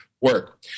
work